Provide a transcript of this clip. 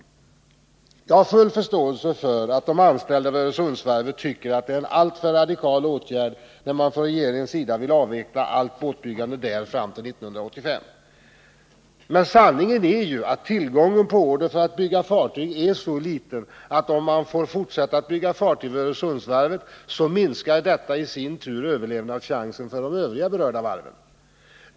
5 juni 1980 Jag har full förståelse för att de anställda vid Öresundsvarvet tycker att det är en alltför radikal åtgärd att, som man från regeringens sida vill göra, avveckla allt båtbyggande där fram till 1985. Men sanningen är att tillgången på order för att bygga fartyg är så liten, att om man får fortsätta att bygga fartyg vid Öresundsvarvet, minskar detta i sin tur de övriga berörda varvens överlevnadschans.